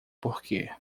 porque